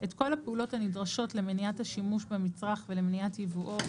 את כל הפעולות הנדרשות למניעת השימוש במצרך ולמניעת ייבואו,